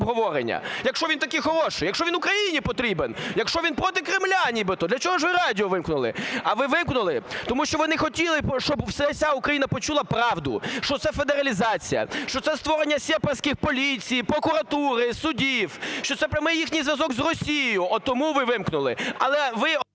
Якщо він такий хороший, якщо він Україні потрібен, якщо він проти Кремля нібито, для чого ж ви радіо вимкнули? А ви вимкнули, тому що ви не хотіли, щоб вся Україна почула правду, що це федералізація, що це створення сепарських поліції, прокуратури, суддів, що це прямий їхній зв'язок з Росією. От тому ви вимкнули.